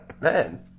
man